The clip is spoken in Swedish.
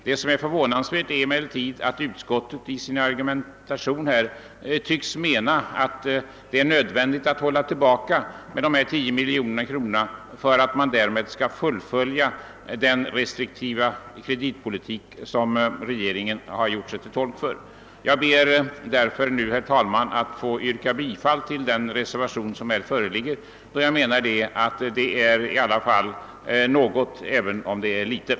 Det förvånansvärda är emellertid att utskottet med sin argumentation tycks mena att det är nödvändigt att hålla tillbaka dessa 10 miljoner kronor, så att man kan fullfölja den restriktiva kreditpolitik som regeringen gjort sig till tolk för. Jag ber att få yrka bifall till reservationen 2, eftersom detta belopp i varje fall är något, även om det är litet.